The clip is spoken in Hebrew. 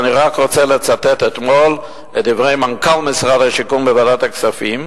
ואני רק רוצה לצטט את דברי מנכ"ל משרד השיכון אתמול בוועדת הכספים,